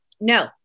No